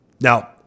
Now